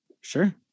Sure